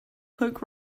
folk